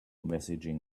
messaging